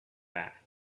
back